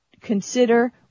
consider